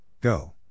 Go